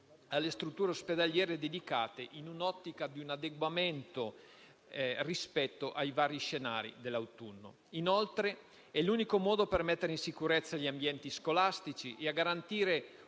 alle strutture ospedaliere dedicate, nell'ottica di un adeguamento rispetto ai vari scenari dell'autunno. Inoltre è l'unico modo per mettere in sicurezza gli ambienti scolastici e garantire